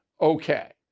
Okay